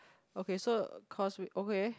okay so cost okay